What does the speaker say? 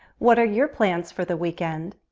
what are your plans for the weekend?